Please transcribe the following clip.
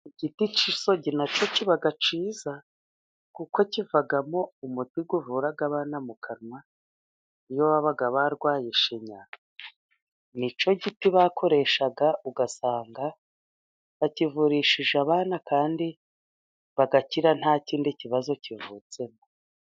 Igiti cy'isogi na cyo kiba cyiza kuko kivamo umuti uvura abana mu kanwa. Iyo babaga barwaye ishinya ni cyo giti bakoreshaga ugasanga bakivurishije abana kandi bagakira nta kindi kibazo kivutsemo.